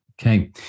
okay